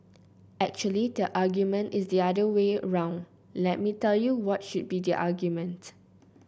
actually the argument is the other way round let me tell you what should be the argument